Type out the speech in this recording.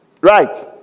Right